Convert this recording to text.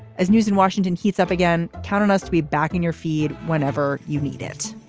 as news in washington heats up again. count on us to be back in your feed whenever you need it.